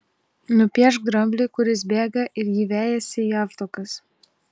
nupiešk dramblį kuris bėga ir jį vejasi javtokas